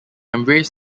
embraced